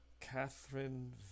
Catherine